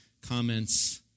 comments